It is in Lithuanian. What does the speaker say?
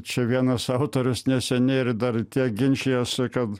čia vienas autorius neseniai ir dar tiek ginčijasi kad